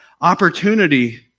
opportunity